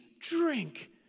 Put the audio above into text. drink